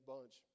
Bunch